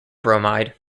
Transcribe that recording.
bromide